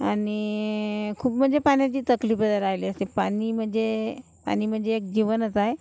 आणि खूप म्हणजे पाण्याची तकलीफ राहिली असती पाणी म्हणजे पाणी म्हणजे एक जीवनच आहे